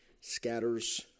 scatters